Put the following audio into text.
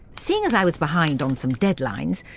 seeing as i was behind on some deadlines,